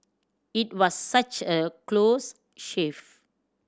it was such a close shave